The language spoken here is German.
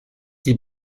die